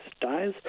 dies